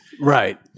Right